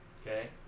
Okay